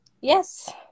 Yes